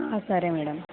సరే మేడం